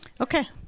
Okay